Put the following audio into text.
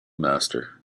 master